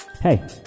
Hey